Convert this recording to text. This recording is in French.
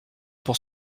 pour